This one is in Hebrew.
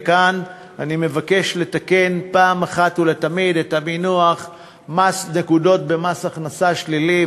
וכאן אני מבקש לתקן פעם אחת ולתמיד את המינוח "נקודות במס הכנסה שלילי",